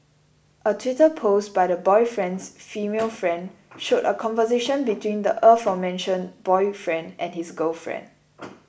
a twitter post by the boyfriend's female friend showed a conversation between the aforementioned boyfriend and his girlfriend